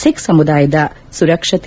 ಸಿಖ್ ಸಮುದಾಯದ ಸುರಕ್ತತೆ